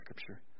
Scripture